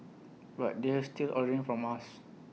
but they're still ordering from us